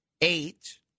Eight